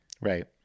Right